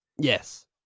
Yes